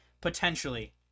Potentially